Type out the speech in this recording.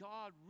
God